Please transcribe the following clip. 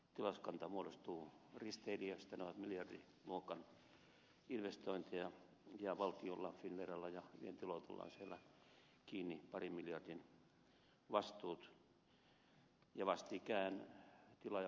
tilauskanta muodostuu risteilijöistä ne ovat miljardiluokan investointeja ja valtiolla finnveralla ja vientiluotolla on siellä kiinni parin miljardin vastuut